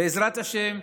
בעזרת השם,